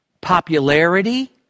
popularity